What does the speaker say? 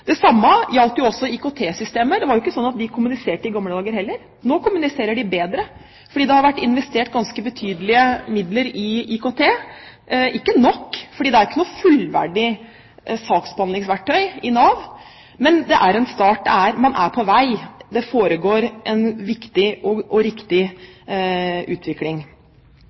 Det samme gjaldt også IKT-systemer – det var ikke sånn at de kommuniserte i gamle dager heller. Nå kommuniserer de bedre fordi det har vært investert ganske betydelige midler i IKT – ikke nok, for det er ikke noe fullverdig saksbehandlingsverktøy i Nav. Men det er en start – man er på vei. Det foregår en viktig og riktig utvikling.